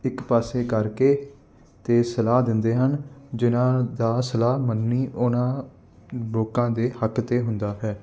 ਇੱਕ ਪਾਸੇ ਕਰਕੇ ਅਤੇ ਸਲਾਹ ਦਿੰਦੇ ਹਨ ਜਿਹਨਾਂ ਦਾ ਸਲਾਹ ਮੰਨੀ ਉਹਨਾਂ ਲੋਕਾਂ ਦੇ ਹੱਕ 'ਤੇ ਹੁੰਦਾ ਹੈ